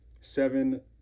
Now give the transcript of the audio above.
seven